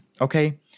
Okay